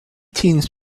teens